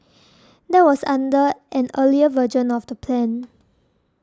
that was under an earlier version of the plan